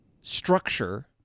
structure